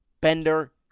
Bender